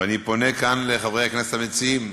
ואני פונה כאן לחברי הכנסת המציעים: